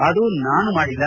ಅದು ನಾನು ಮಾಡಿಲ್ಲ